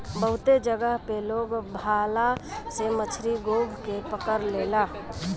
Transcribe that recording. बहुते जगह पे लोग भाला से मछरी गोभ के पकड़ लेला